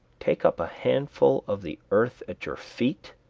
take up a handful of the earth at your feet,